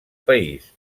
país